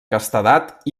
castedat